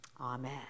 Amen